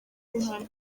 uruhare